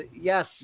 yes